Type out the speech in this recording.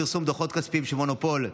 פרסום דוחות כספיים של מונופול),